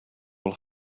will